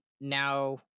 now